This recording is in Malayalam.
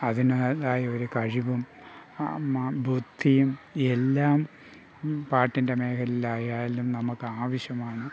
അതിൻ്റേതായ ഒരു കഴിവും ബുദ്ധിയും എല്ലാം പാട്ടിൻ്റെ മേഖലയിലായാലും നമുക്ക് ആവശ്യമാണ്